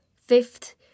Fifth